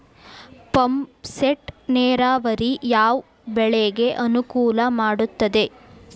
Pump set ನೇರಾವರಿ ಯಾವ್ ಬೆಳೆಗೆ ಅನುಕೂಲ ಮಾಡುತ್ತದೆ?